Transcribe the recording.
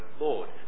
Lord